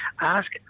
ask